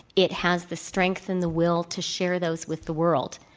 it has the strength and the will to share those with the world.